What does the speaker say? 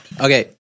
Okay